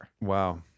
Wow